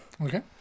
okay